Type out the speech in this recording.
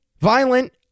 violent